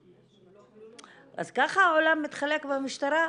הן לא כלולות --- אז ככה העולם מתחלק במשטרה?